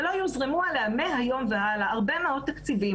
ולא יוזרמו אליה מהיום והלאה הרבה מאוד תקציבים